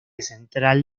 central